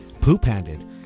poop-handed